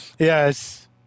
Yes